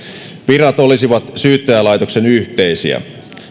virat olisivat syyttäjälaitoksen yhteisiä